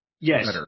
Yes